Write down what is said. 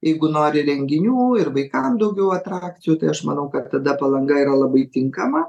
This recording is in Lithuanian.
jeigu nori renginių ir vaikam daugiau atrakcijų tai aš manau kad tada palanga yra labai tinkama